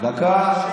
דקה.